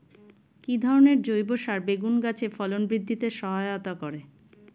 কি ধরনের জৈব সার বেগুন গাছে ফলন বৃদ্ধিতে সহায়তা করে?